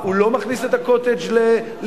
למה הוא לא מכניס את ה"קוטג'" לפיקוח.